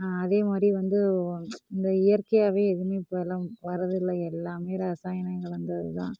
அதே மாதிரி வந்து இந்த இயற்கையாகவே எதுவுமே இப்போ எல்லாம் வர்றதில்லை எல்லாமே ரசாயனம் கலந்தது தான்